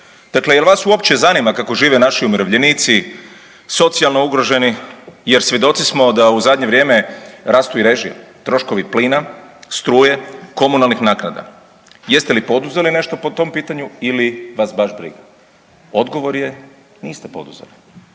Dakle, jel vas uopće zanima kako žive naši umirovljenici, socijalno ugroženi jer svjedoci smo da u zadnje vrijeme rastu i režije, troškovi plina, struje, komunalnih naknada? Jeste li poduzeli nešto po tom pitanju ili vas baš briga? Odgovor je niste poduzeli.